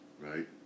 right